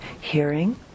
hearing